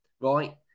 right